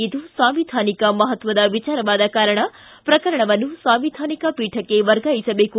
ಇದು ಸಾಂವಿಧಾನಿಕ ಮಹತ್ವದ ವಿಚಾರವಾದ ಕಾರಣ ಪ್ರಕರಣವನ್ನು ಸಾಂವಿಧಾನಿಕ ಪೀಠಕ್ಕೆ ವರ್ಗಾಯಿಸಬೇಕು